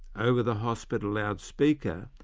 over the hospital loudspeaker,